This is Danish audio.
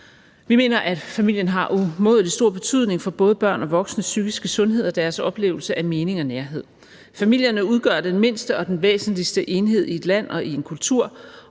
Vi mener, at familien har umådelig stor betydning for både børns og voksnes psykiske sundhed og deres oplevelse af mening og nærhed. Familien udgør den mindste og den væsentligste enhed i et land og i en kultur.